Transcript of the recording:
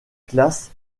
classe